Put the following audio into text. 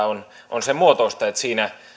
on on sen muotoista että siinä